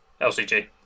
LCG